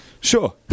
sure